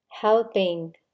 helping